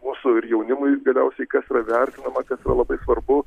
mūsų ir jaunimui galiausiai kas yra vertinama kas yra labai svarbu